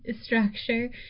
structure